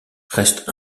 reste